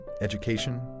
education